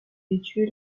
situé